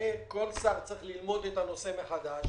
וכל שר צריך ללמוד את הנושא מחדש.